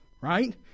Right